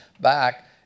back